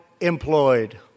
employed